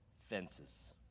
fences